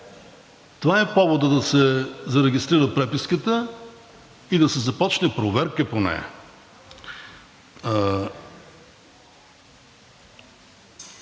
Това е поводът да се зарегистрира преписката и да се започне проверка по нея.